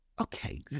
Okay